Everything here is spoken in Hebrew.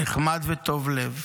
נחמד וטוב לב.